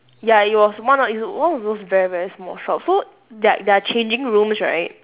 ya it was one of one of those very very small shop so like their changing rooms right